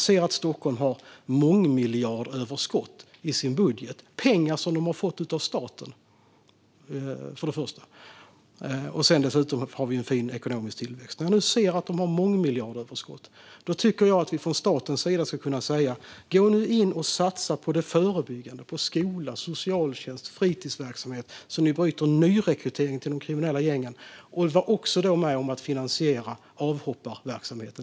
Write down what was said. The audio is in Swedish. Stockholm har mångmiljardöverskott i sin budget. Det är pengar som de har fått av staten. Sedan har vi dessutom en fin ekonomisk tillväxt. När jag nu ser att de har mångmiljardöverskott tycker jag att vi från statens sida ska kunna säga: Gå nu in och satsa på det förebyggande, på skola, på socialtjänst och på fritidsverksamhet så att ni bryter nyrekryteringen till de kriminella gängen! Var också med och finansiera avhopparverksamheten!